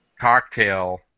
cocktail